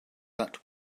that